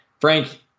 Frank